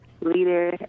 Leader